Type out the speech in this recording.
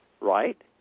Right